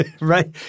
Right